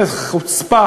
זה חוצפה